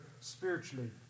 spiritually